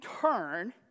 turn